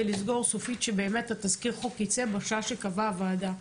לסגור סופית שתזכיר החוק ייצא בשעה שקבעה הוועדה.